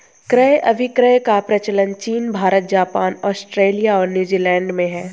क्रय अभिक्रय का प्रचलन चीन भारत, जापान, आस्ट्रेलिया और न्यूजीलैंड में है